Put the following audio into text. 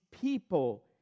people